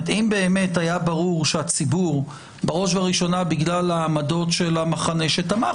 אם היה ברור שהציבור בראש ובראשונה בגלל עמדות המחנה שתמך